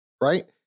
right